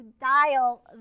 dial